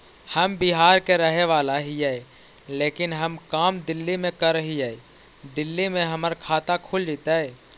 हम बिहार के रहेवाला हिय लेकिन हम काम दिल्ली में कर हिय, दिल्ली में हमर खाता खुल जैतै?